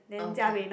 okay